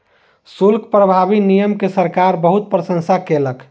शुल्क प्रभावी नियम के सरकार बहुत प्रशंसा केलक